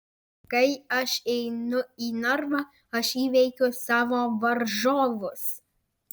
kai aš einu į narvą aš įveikiu savo varžovus